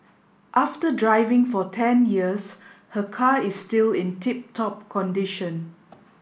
after driving for ten years her car is still in tip top condition